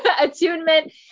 Attunement